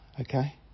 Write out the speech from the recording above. okay